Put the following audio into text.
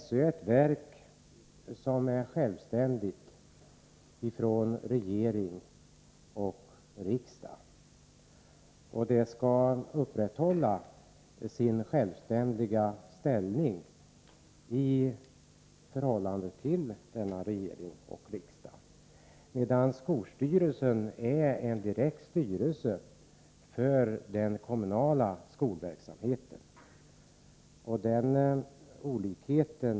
SÖ är ett verk som är självständigt i förhållande till regering och riksdag och som skall upprätthålla sin självständiga ställning i förhållande till denna regering och riksdag, medan skolstyrelsen är en direkt styrelse för den kommunala skolverksamheten.